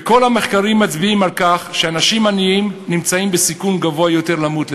כל המחקרים מצביעים על כך שאנשים עניים נמצאים בסיכון גבוה יותר למות,